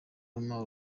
numa